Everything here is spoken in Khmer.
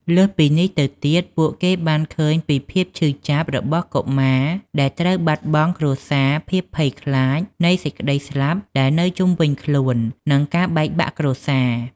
លើសពីនេះទៅទៀតពួកគេបានឃើញពីភាពឈឺចាប់របស់កុមារដែលត្រូវបាត់បង់គ្រួសារ ភាពភ័យខ្លាចនៃសេចក្ដីស្លាប់ដែលនៅជុំវិញខ្លួន និងការបែកបាក់គ្រួសារ។